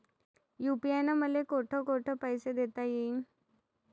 UPI न मले कोठ कोठ पैसे देता येईन?